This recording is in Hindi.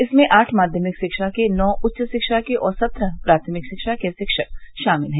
इसमें आठ माध्यमिक शिक्षा के नौ उच्च शिक्षा के और सत्रह प्राथमिक शिक्षा के शिक्षक शामिल है